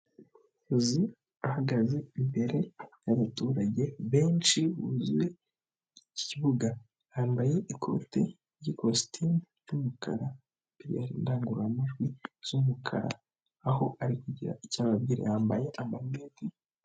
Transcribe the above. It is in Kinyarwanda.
Umuyobozi ahagaze imbere y'abaturage benshi buzuye iki kibuga yambaye ikote ry'ikositimu ry'umukara imbere ye hari indangururamajwi z'umukara aho ari kugira icyo ababwira yambaye amalineti.